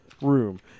room